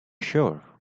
sure